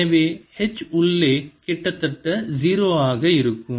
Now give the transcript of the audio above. எனவே H உள்ளே கிட்டத்தட்ட 0 ஆக இருக்கும்